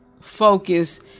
focus